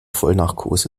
vollnarkose